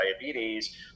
diabetes